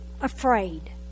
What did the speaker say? afraid